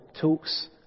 talks